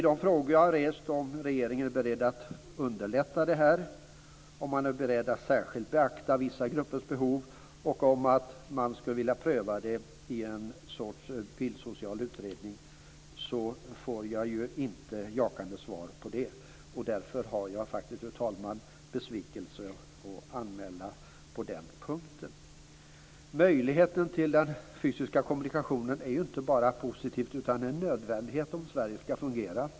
De frågor som jag har rest gäller huruvida regeringen är beredd att underlätta det här, om man är beredd att särskilt beakta vissa gruppers behov och om man skulle vilja pröva det här i en sorts bilsocial utredning. Där får jag ju inga jakande svar. Därför har jag faktiskt, fru talman, besvikelse att anmäla på den punkten. Möjligheten till den fysiska kommunikationen är ju inte bara något positivt i sig. Det är också en nödvändighet om Sverige skall fungera.